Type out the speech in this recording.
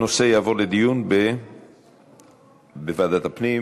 הנושא יעבור לדיון בוועדת הפנים